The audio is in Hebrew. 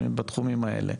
בתחומים האלה.